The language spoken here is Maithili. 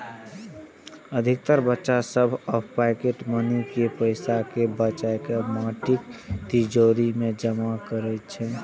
अधिकतर बच्चा सभ अपन पॉकेट मनी के पैसा कें बचाके माटिक तिजौरी मे जमा करै छै